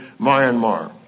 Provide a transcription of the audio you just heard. Myanmar